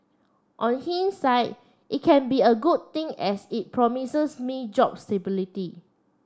on hindsight it can be a good thing as it promises me job stability